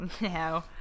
No